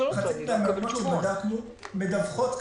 מדווחים כדין.